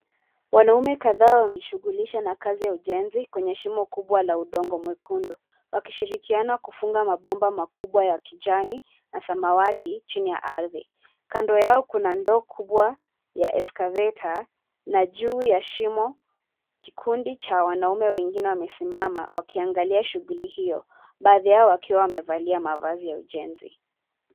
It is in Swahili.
Wanaume kadhaa wameji shughulisha na kazi ya ujenzi kwenye shimo kubwa la udongo mwekundu, wakishirikiana kufunga mabomba makubwa ya kijani na samawati chini ya ardhi. Kando yao kuna ndoo kubwa ya excavator na juu ya shimo kikundi cha wanaume wengine wamesimama wakiangalia shughuli hiyo baadhi yao wakiwa wamevalia mavazi ya ujenzi.